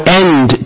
end